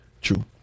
true